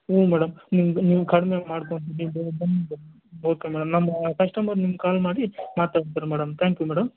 ಹ್ಞೂ ಮೇಡಮ್ ನಿಮ್ಗೆ ನೀವು ಕಡಿಮೆ ಮಾಡ್ಕೊಂಡು ಓಕೆ ಮೇಡಮ್ ನಮ್ಮ ಕಸ್ಟಮರ್ ನಿಮ್ಗೆ ಕಾಲ್ ಮಾಡಿ ಮಾತಾಡ್ತಾರೆ ಮೇಡಮ್ ತ್ಯಾಂಕ್ ಯು ಮೇಡಮ್